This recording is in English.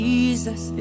Jesus